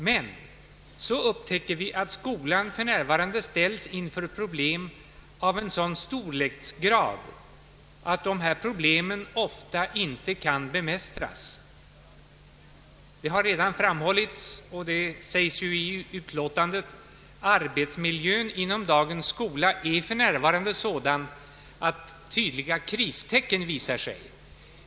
Men, så upptäcker vi att skolan för närvarande ställs inför problem av en sådan storleksgrad att problemen ofta inte kan bemästras. Det har redan framhållits, och det sägs ju i utskottsutlåtandet, att arbetsmiljön inom dagens skola är för närvarande sådan att tydliga kristecken visar sig.